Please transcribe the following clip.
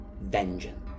Vengeance